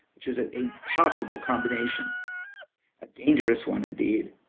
which is an impossible combination a dangerous one indeed.